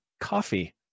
coffee